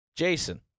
Jason